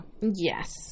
Yes